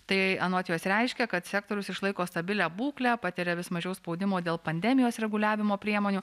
tai anot jos reiškia kad sektorius išlaiko stabilią būklę patiria vis mažiau spaudimo dėl pandemijos reguliavimo priemonių